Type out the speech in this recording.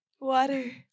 Water